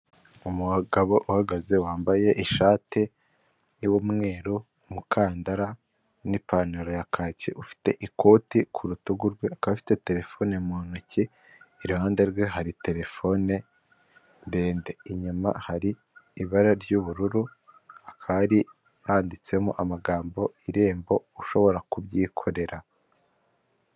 Umugabo uhagaze wambaye ishati y'umweru, umukandara, n'ipantaro ya kaki, ufite ikoti ku rutugu rwe, afite terefone mu ntoki, iruhande rwe hari telefone ndende inyuma hari ibara ry'ubururu, hakaba hari handitsemo amagambo irembo ushobora kubyikorera.